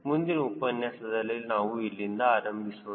ಮುಂದಿನ ಉಪನ್ಯಾಸದಲ್ಲಿ ನಾವು ಇಲ್ಲಿಂದ ಆರಂಭಿಸೋಣ